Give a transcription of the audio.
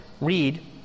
read